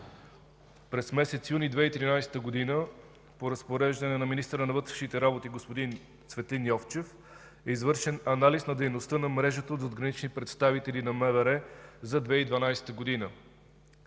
През месец юни 2013 г. по разпореждане на министъра на вътрешните работи господин Цветлин Йовчев е извършен анализ на дейността на мрежата от задгранични представители на МВР за 2012 г.